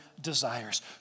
desires